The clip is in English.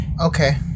Okay